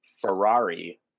ferrari